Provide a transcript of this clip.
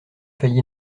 failli